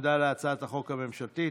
15. גם הצעה זו שהוצמדה לממשלתית,